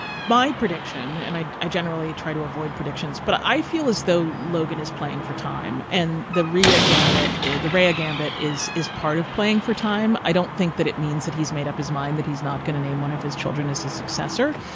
my prediction and i i generally try to avoid predictions but i feel as though logan is playing for time and the rio gambit the real gambit is is part of playing for time. i don't think that it means that he's made up his mind that he's not going to name one of his children as his successor.